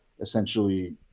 essentially